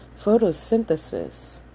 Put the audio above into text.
photosynthesis